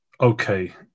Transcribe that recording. okay